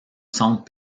centre